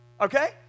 Okay